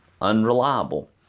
unreliable